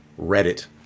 Reddit